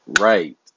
right